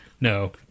no